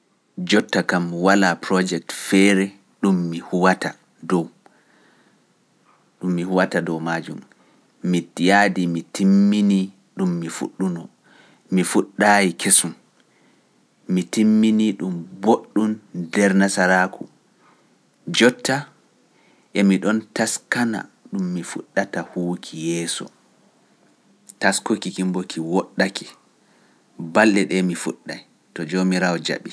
Jotta kam walaa projekt feere ɗum mi huwata dow maajum, mi yaadi mi timmini ɗum mi fuɗɗuno, mi fuɗɗaay kesum, mi timmini ɗum boɗɗum nder Nasaraaku, jotta emi ɗon taskana ɗum mi fuɗɗata huwuki yeeso. Taskuki ki bo ki woɗɗake, balɗe ɗe mi fuɗɗay, to Joomiraawo jaɓi.